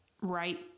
right